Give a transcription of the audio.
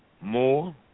more